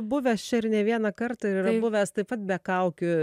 buvęs čia ir ne vieną kartą yra buvęs taip pat be kaukių